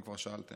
אם כבר שאלתם.